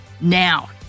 Now